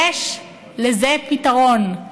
יש לזה פתרון.